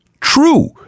True